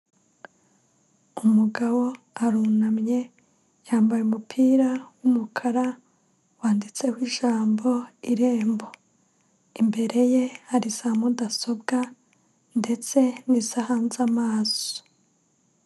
Umugabo arunamye yambaye umupira w'umukara wanditseho ijambo Irembo, imbere ye hari za mudasobwa ndetse nizo ahanze amaso.